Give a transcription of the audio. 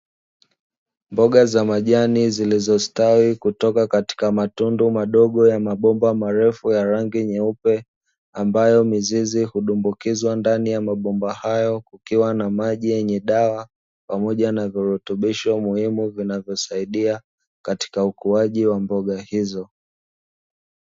Mboga za majani zilizostawi kutoka katika matundu madogo ya mabomba marefu ya rangi ya nyeupe, ambayo mizizi udumbukizwa ndani ya mabomba hayo, kukiwa na maji yenye dawa pamoja na virutubisho muhimu vinavyosaidia katika ukuaji wa mboga hizo.